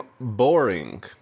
boring